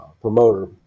promoter